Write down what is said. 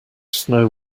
snow